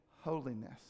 holiness